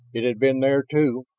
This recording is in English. it had been there, too,